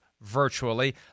virtually